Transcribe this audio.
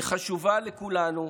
היא חשובה לכולנו,